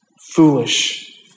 foolish